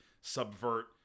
subvert